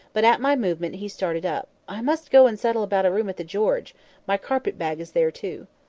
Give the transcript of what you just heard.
but at my movement, he started up. i must go and settle about a room at the george. my carpet-bag is there too.